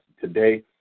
today